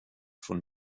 von